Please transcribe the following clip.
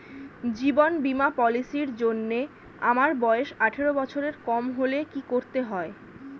জীবন বীমা পলিসি র জন্যে আমার বয়স আঠারো বছরের কম হলে কি করতে হয়?